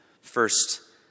first